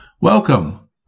Welcome